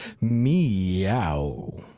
Meow